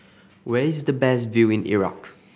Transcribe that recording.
where is the best view in Iraq